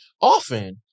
often